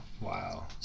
Wow